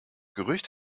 gerücht